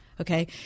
okay